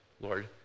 Lord